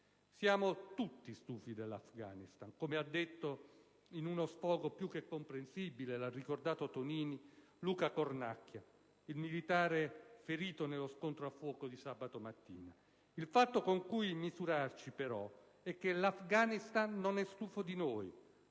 Siamo tutti stufi dell'Afghanistan, come ha detto in uno sfogo più che comprensibile - lo ha ricordato il senatore Tonini - Luca Cornacchia, il militare ferito nello scontro a fuoco di sabato mattina. Il fatto con cui misurarci però è che l'Afghanistan non è stufo di noi: